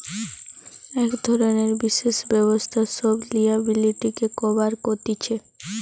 এক ধরণের বিশেষ ব্যবস্থা সব লিয়াবিলিটিকে কভার কতিছে